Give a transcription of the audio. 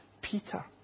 Peter